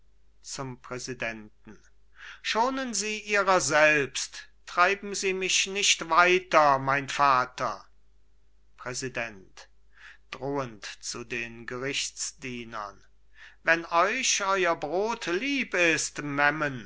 schonen sie ihrer selbst treiben sie mich nicht weiter mein vater präsident drohend zu den gerichtsdienern wenn euch euer brod lieb ist